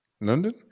London